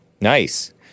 Nice